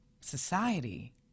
society